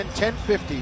1050